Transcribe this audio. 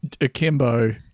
Akimbo